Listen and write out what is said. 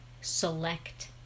select